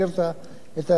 מקובל עליך?